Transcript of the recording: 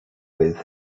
with